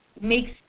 makes